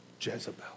Jezebel